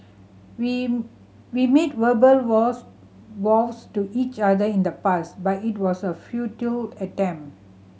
we we made verbal vows vows to each other in the past but it was a futile attempt